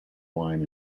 wine